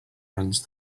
runs